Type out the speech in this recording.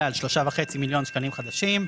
על שלושה וחצי מיליון שקלים חדשים,